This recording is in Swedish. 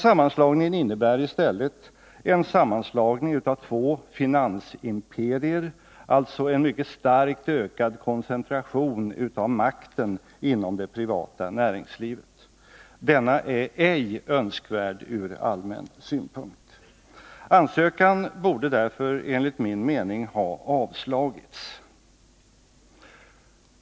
Sammanslagningen innebär i stället en sammanläggning av två finansimperier, alltså en mycket starkt ökad koncentration av makten inom det privata näringslivet. Denna är ej önskvärd ur allmän synpunkt. Ansökan borde därför enligt min mening ha avslagits.